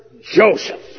Joseph